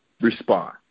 respond